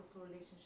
relationship